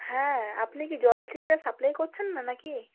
হ্যাঁ আপনি কি জল ঠিকঠাক সাপ্লাই করছেন না না কি